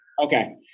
Okay